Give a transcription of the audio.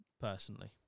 personally